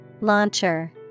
Launcher